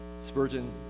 Spurgeon